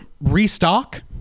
restock